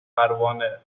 پروانه